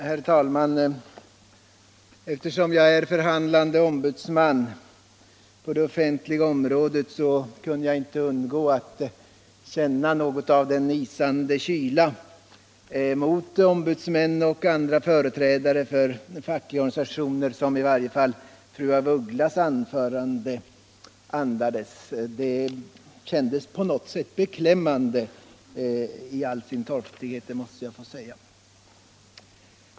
Herr talman! Eftersom jag är förhandlande ombudsman på det offentliga området kunde jag inte undgå att känna något av den isande kyla mot ombudsmän och andra företrädare för fackliga organisationer som i varje fall fru af Ugglas anförande andades. Det kändes på något sätt beklämmande, det måste jag säga.